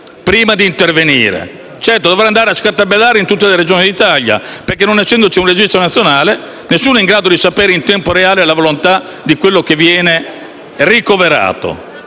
prima di intervenire. Certo, dovrà andare a scartabellare in tutte le Regioni d'Italia perché, non essendovi un registro nazionale, nessuno è in grado di sapere in tempo reale la volontà di colui che viene ricoverato.